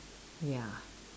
ya